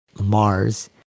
Mars